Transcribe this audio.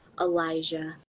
elijah